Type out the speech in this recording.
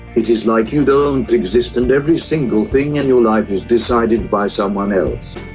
it is like you don't exist and every single thing in your life is decided by someone else.